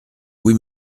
oui